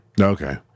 Okay